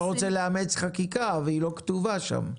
אתה רוצה לאמץ חקיקה והיא לא כתובה שם.